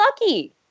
lucky